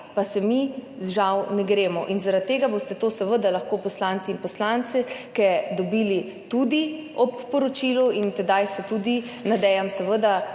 pa se mi žal ne gremo. Zaradi tega boste to seveda lahko poslanke in poslanci dobili tudi ob poročilu in tedaj se tudi nadejam seveda